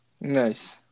Nice